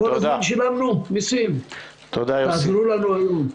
כל הזמן שילמנו מסים, תעזרו לנו היום.